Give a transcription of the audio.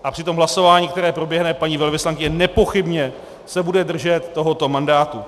A při tom hlasování, které proběhne, paní velvyslankyně nepochybně se bude držet tohoto mandátu.